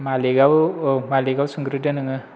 मालिकआबो औ मालिकनाव सोंग्रोदो नोङो